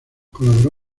colaboró